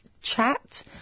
chat